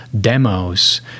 demos